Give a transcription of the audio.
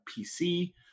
PC